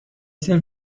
سرو